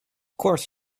course